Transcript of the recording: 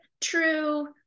true